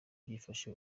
byifashe